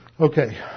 okay